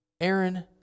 Aaron